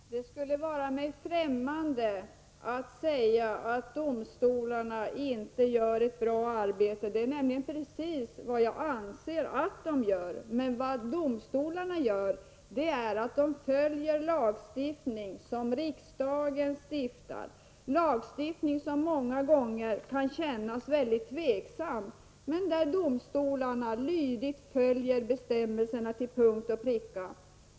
Herr talman! Det skulle vara mig främmande att säga att domstolarna inte gör ett bra arbete. Det är nämligen precis vad jag anser att de gör. Domstolarna följer lagar som riksdagen stiftar, lagstiftning som man många gånger kan känna sig tveksam inför men som domstolarna lydigt följer till punkt och pricka.